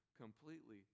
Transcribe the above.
completely